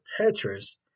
Tetris